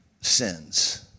sins